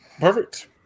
Perfect